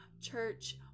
church